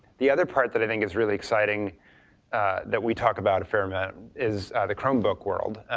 the other part that i think is really exciting that we talk about a fair amount is the chromebook world,